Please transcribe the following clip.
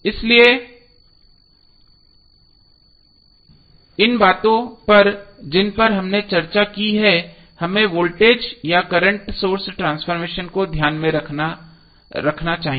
इसलिए इन बातों पर जिन पर हमने चर्चा की है हमें वोल्टेज या करंट सोर्स ट्रांसफॉर्मेशन को ध्यान में रखना चाहिए